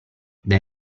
dai